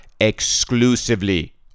exclusively